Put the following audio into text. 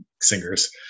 singers